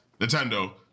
nintendo